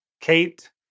Kate